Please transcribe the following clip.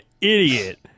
idiot